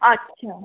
अच्छा